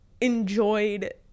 enjoyed